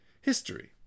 history